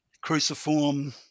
cruciform